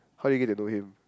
how you get to know him